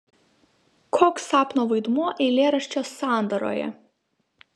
koks sapno vaidmuo eilėraščio sandaroje